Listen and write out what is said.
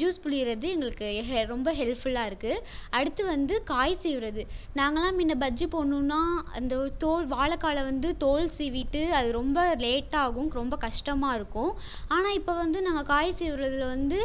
juice புழியறது எங்களுக்கு ரொம்ப ஹெல்ப்ஃபுல்லாகருக்கு அடுத்து வந்து காய் சீவுவது நாங்களெலாம் முன்னே பஜ்ஜி போடணும்னால் அந்த தோல் வாழைக்காயில வந்து தோல் சீவிட்டு அது ரொம்ப லேட்டாகும் ரொம்ப கஷ்டமாகருக்கும் ஆனால் இப்போ வந்து நாங்கள் காய் சீவுறதில் வந்து